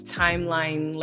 timeline